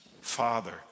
Father